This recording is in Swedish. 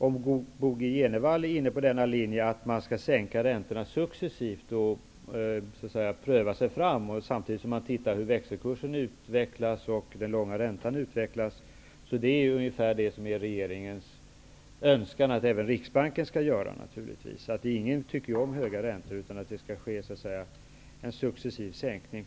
Om Bo G Jenevall är inne på linjen att man skall sänka räntorna successivt och pröva sig fram, samtidigt som man följer hur växelkursen och den långa räntan utvecklas, är det detsamma som regeringen önskar att även Riksbanken skall göra. Ingen tycker ju om höga räntor. Det skall förhoppningsvis ske en successiv sänkning.